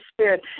spirit